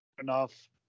enough